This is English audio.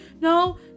no